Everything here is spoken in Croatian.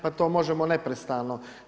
Pa to možemo neprestano.